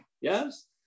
yes